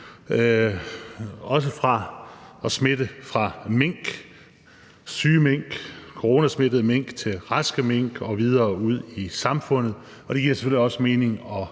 sikrer, at smitten fra syge, coronasmittede mink til raske mink og videre ud i samfundet standses. Og det giver selvfølgelig også mening